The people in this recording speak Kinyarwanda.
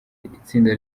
itsinda